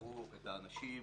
ראו את האנשים,